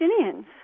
Palestinians